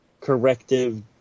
Corrective